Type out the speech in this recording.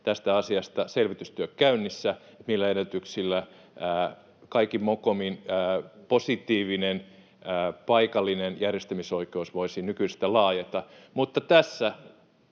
tästä asiasta selvitystyö käynnissä, millä edellytyksillä — kaikin mokomin — positiivinen, paikallinen järjestämisoikeus voisi nykyisestä laajeta. Mutta tässä